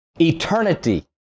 Eternity